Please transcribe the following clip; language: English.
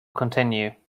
continue